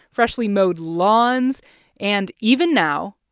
freshly mowed lawns and, even now,